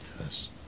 Yes